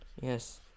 Yes